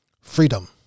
freedom